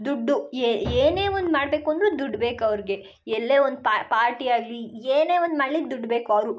ದುಡ್ಡು ಏನೇ ಒಂದು ಮಾಡ್ಬೇಕಂದ್ರೂ ದುಡ್ಡು ಬೇಕು ಅವ್ರಿಗೆ ಎಲ್ಲೇ ಒಂದು ಪಾರ್ಟಿ ಆಗಲಿ ಏನೇ ಒಂದು ಮಾಡ್ಲಿಕ್ಕೆ ದುಡ್ಡು ಬೇಕು ಅವರು